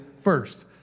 first